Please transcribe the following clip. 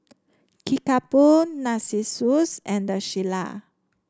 Kickapoo Narcissus and The Shilla